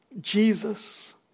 Jesus